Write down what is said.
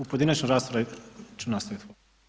U pojedinačnoj raspravi ću nastaviti.